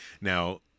Now